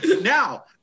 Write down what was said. Now